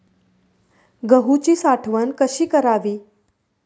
गहूची साठवण कशी करावी?